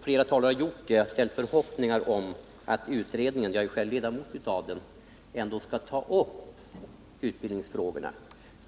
Flera talare har uttalat förhoppningar om att utredningen ändå skall ta upp utbildningsfrågorna. Jag är själv ledamot av utredningen,